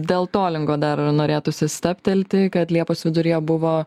dėl tolingo dar norėtųsi stabtelti kad liepos viduryje buvo